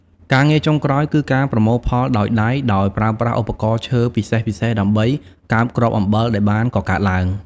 ការងារចុងក្រោយគឺការប្រមូលផលដោយដៃដោយប្រើប្រាស់ឧបករណ៍ឈើពិសេសៗដើម្បីកើបគ្រាប់អំបិលដែលបានកកើតឡើង។